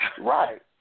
Right